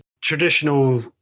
traditional